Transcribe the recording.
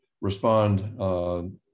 respond